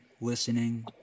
listening